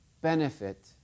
benefit